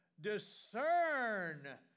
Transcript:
discern